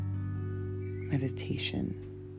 meditation